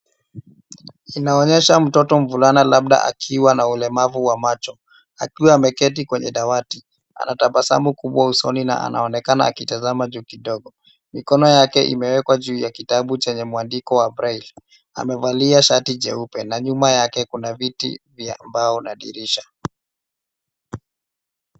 Inaonyesha mtoto mvulana labda akiwa na ulemavu wa macho akiwa ameketi kwenye dawati. Ana tabasamu kubwa usoni na anaonekana akitazama juu kidogo. Mikono yake imewekwa juu ya kitabu chenye mwandiko wa braille . Amevalia shati jeupe na nyuma yake kuna viti vya mbao na dirisha.